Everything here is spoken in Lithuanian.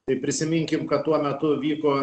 tai prisiminkim kad tuo metu vyko